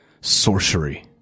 sorcery